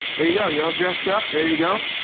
there you go. you're all dressed up, ready to go?